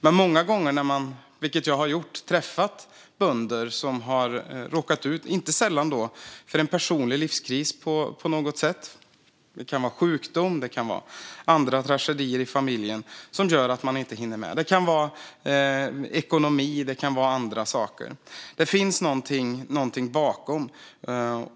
Men många gånger när man, vilket jag har gjort, träffar bönder handlar det inte sällan om att de har råkat ut för en personlig livskris på något sätt. Det kan vara sjukdom eller andra tragedier i familjen som gör att de inte hinner med. Det kan vara ekonomi och andra saker. Det finns någonting bakom.